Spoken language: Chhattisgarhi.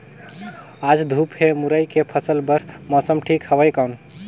आज धूप हे मुरई के फसल बार मौसम ठीक हवय कौन?